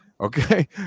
Okay